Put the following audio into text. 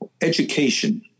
Education